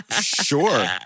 Sure